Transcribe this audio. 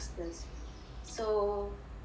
so